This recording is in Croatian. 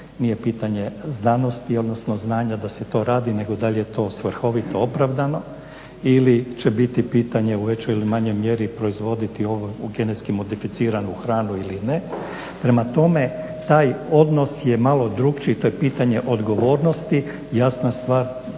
nije pitanje znanosti odnosno znanja da se to radi nego da li je to svrhovito, opravdano ili će biti pitanje u većoj ili manjoj mjeri proizvoditi genetski modificiranu hranu ili ne. Prema tome, taj odnos je malo drukčiji, to je pitanje odgovornosti. Jasna stvar